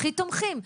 הכי תומכים.